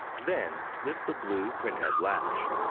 then, lift the blue printhead latch.